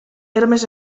hermes